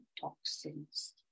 toxins